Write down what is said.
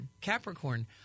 Capricorn